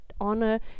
honor